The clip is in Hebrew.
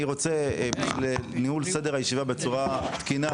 אני רוצה ניהול סדר ישיבה בצורה תקינה,